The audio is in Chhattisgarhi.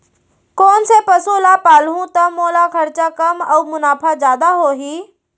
कोन से पसु ला पालहूँ त मोला खरचा कम अऊ मुनाफा जादा होही?